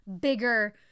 bigger